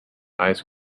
ice